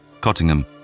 Cottingham